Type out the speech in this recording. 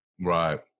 right